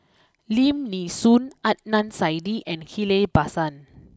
Lim Nee Soon Adnan Saidi and Ghillie Basan